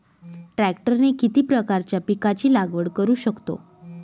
ट्रॅक्टरने किती प्रकारच्या पिकाची लागवड करु शकतो?